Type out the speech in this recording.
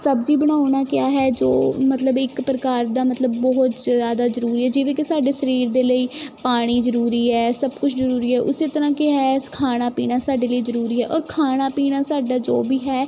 ਸਬਜ਼ੀ ਬਣਾਉਣਾ ਕਿਆ ਹੈ ਜੋ ਮਤਲਬ ਇੱਕ ਪ੍ਰਕਾਰ ਦਾ ਮਤਲਬ ਬਹੁਤ ਜ਼ਿਆਦਾ ਜ਼ਰੂਰੀ ਹੈ ਜਿਵੇਂ ਕਿ ਸਾਡੇ ਸਰੀਰ ਦੇ ਲਈ ਪਾਣੀ ਜ਼ਰੂਰੀ ਹੈ ਸਭ ਕੁਛ ਜ਼ਰੂਰੀ ਹੈ ਉਸ ਤਰ੍ਹਾਂ ਕਿਆ ਹੈ ਖਾਣਾ ਪੀਣਾ ਸਾਡੇ ਲਈ ਜ਼ਰੂਰੀ ਹੈ ਔਰ ਖਾਣਾ ਪੀਣਾ ਸਾਡਾ ਜੋ ਵੀ ਹੈ